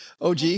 OG